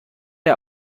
der